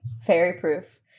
Fairy-proof